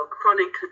Chronic